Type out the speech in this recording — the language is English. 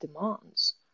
demands